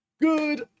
good